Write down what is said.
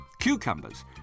Cucumbers